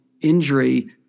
injury